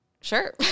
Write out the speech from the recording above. sure